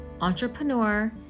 entrepreneur